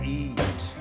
eat